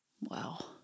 Wow